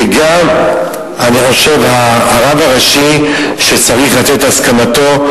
וגם הרב הראשי צריך לתת את הסכמתו.